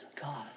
God